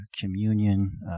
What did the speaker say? communion